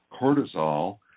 cortisol